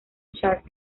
chart